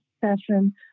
session